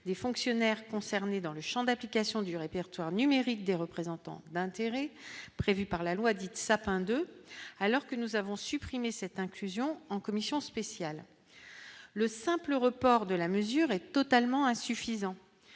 des fonctionnaires concernés dans le Champ d'application du répertoire numérique des représentants d'intérêts prévu par la loi dite sapin 2 alors que nous avons supprimé cette inclusion en commission spéciale le simple report de la mesure est totalement insuffisant,